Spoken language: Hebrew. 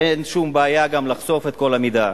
אין שום בעיה גם לחשוף את כל המידע.